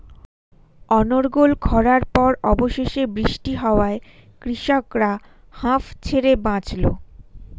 অনর্গল খড়ার পর অবশেষে বৃষ্টি হওয়ায় কৃষকরা হাঁফ ছেড়ে বাঁচল